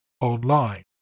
online